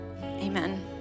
amen